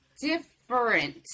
different